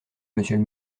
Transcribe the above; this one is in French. monsieur